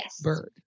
bird